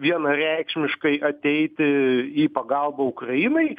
vienareikšmiškai ateiti į pagalbą ukrainai